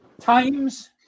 times